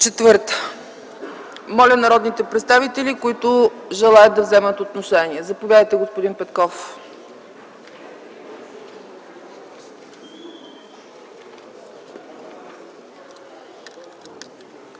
четвърта. Моля народните представители да вземат отношение. Заповядайте, господин Петков.